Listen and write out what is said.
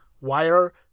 wire